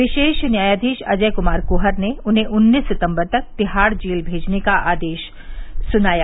विशेष न्यायाधीश अजय कमार कहर ने उन्हें उन्नीस सितम्बर तक तिहाड़ जेल भेजने का आदेश सुनाया